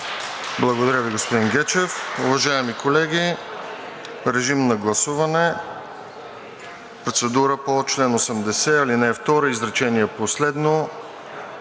Благодаря Ви, господин Гечев. Уважаеми колеги, режим на гласуване – процедура по чл. 80, ал. 2, изречение последно